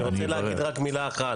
אני רוצה להגיד רק מילה אחת.